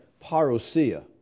parousia